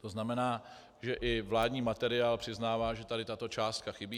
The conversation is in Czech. To znamená, že i vládní materiál přiznává, že tady tato částka chybí.